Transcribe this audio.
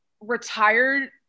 retired